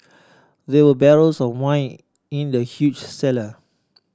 there were barrels of wine in the huge cellar